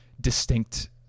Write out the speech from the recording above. distinct